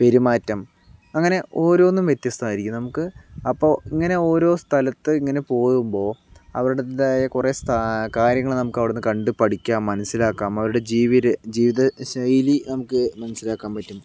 പെരുമാറ്റം അങ്ങനെ ഓരോന്നും വ്യത്യസ്തം ആയിരിക്കും നമുക്ക് അപ്പോൾ ഇങ്ങനെ ഓരോ സ്ഥലത്ത് ഇങ്ങനെ പോകുമ്പോൾ അവരുടേതായ കുറെ സ്ഥ കാര്യങ്ങള് നമുക്ക് അവിടെ കണ്ട് പഠിക്കാം മനസിലാക്കാം അവരുടെ ജീവിത രീ ജീവിത ശൈലി നമുക്ക് മനസ്സിലാക്കാൻ പറ്റും